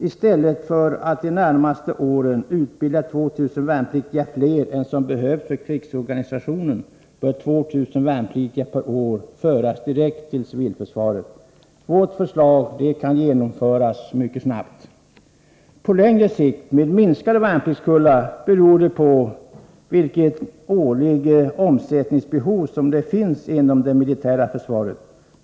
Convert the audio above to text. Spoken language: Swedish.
I stället för att de närmaste åren utbilda 2 000 värnpliktiga fler än som behövs för krigsorganisationen bör man överföra 2 000 värnpliktiga per år direkt till civilförsvaret. Vårt förslag kan genomföras mycket snabbt. På längre sikt — med minskade värnpliktskullar — beror denna rekrytering på vilket årligt omsättningsbehov som då finns inom det militära försvaret.